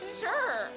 sure